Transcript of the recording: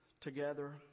together